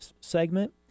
segment